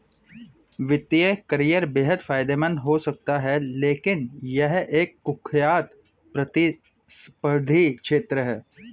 वित्तीय करियर बेहद फायदेमंद हो सकता है लेकिन यह एक कुख्यात प्रतिस्पर्धी क्षेत्र है